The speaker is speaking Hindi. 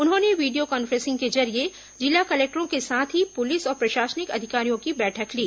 उन्होंने वीडियो कॉन्फ्रेंसिंग के जरिये जिला कलेक्टरों के साथ ही पुलिस और प्रशासनिक अधिकारियों की बैठक ली